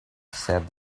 said